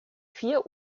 vier